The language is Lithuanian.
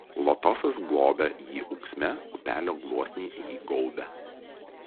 lotosas globia jį ūksme upelio gluosniai jį gaubia